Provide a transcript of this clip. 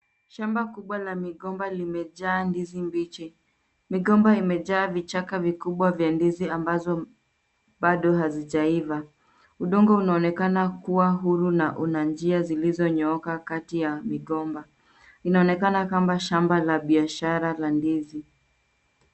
Shamba kubwa la migomba limejaa ndizi mbichi. Migomba imejaa vichaka vikubwa vya ndizi ambazo bado hazijaiva . Udongo unaonekana kuwa huru na una njia zilizonyooka kati ya migomba. Inaonekana kama shamba la biashara la ndizi.